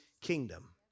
kingdom